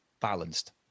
balanced